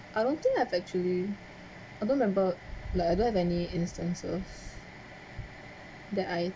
I don't think I've actually I don't remember like I don't have any instances that I